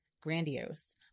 grandiose